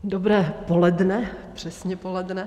Dobré poledne, přesně poledne.